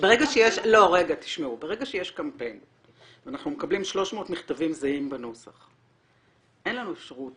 ברגע שיש קמפיין ואנחנו מקבלים 300 מכתבים בנוסח אין לנו אפשרות,